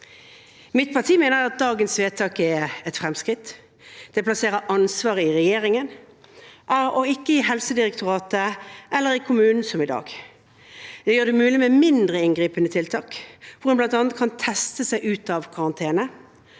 Mitt parti mener at dagens vedtak er et fremskritt. Det plasserer ansvaret i regjeringen og ikke i Helsedirektoratet eller i kommunen, som i dag. Det gjør det mulig med mindre inngripende tiltak, hvor en bl.a. kan teste seg ut av karantene.